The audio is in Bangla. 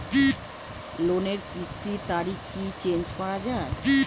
লোনের কিস্তির তারিখ কি চেঞ্জ করা যায়?